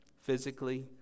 physically